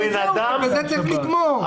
בזה צריך לגמור.